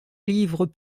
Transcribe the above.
livres